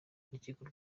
urukiko